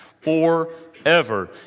forever